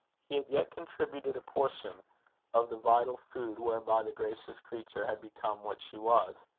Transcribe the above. he had yet contributed a portion of the vital food whereby the gracious creature had become what she was.